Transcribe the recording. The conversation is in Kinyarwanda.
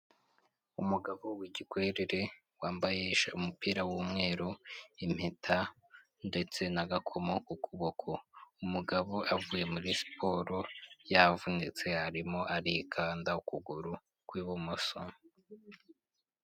Umugabo w'igikwerere wambaye umupira w'umweru impeta ndetse n'agakomo ku kuboko, umugabo avuye muri siporo yavunitse arimo arikanda ukuguru kw'ibumoso.